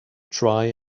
try